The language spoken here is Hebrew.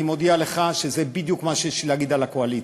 אני מודיע לך שזה בדיוק מה שיש לי להגיד על הקואליציה: